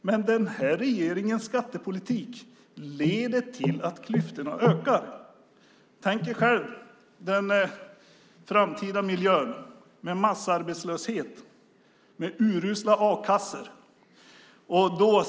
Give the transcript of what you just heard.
Men den här regeringens skattepolitik leder till att klyftorna ökar. Tänk er själva den framtida miljön med massarbetslöshet, urusla a-kassor.